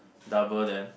double then